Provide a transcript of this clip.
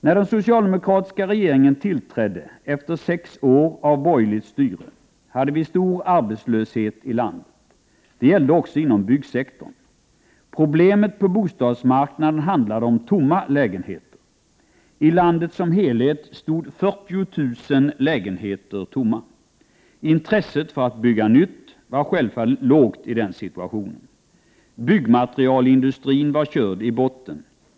När den socialdemokratiska regeringen tillträdde efter sex år av borgerligt styre hade vi stor arbetslöshet i landet. Det gällde också inom byggsektorn. Problemet på bostadsmarknaden handlade om tomma lägenheter. I landet som helhet stod 40 000 lägenheter tomma. Intresset för att bygga nytt var självfallet lågt i den situationen. Byggmaterielindustrin var körd i botten.